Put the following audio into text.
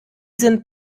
sind